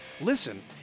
Listen